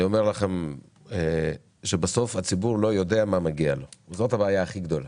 אני אומר לכם שבסוף הציבור לא יודע מה מגיע לו וזאת הבעיה הכי גדולה.